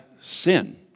sin